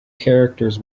characters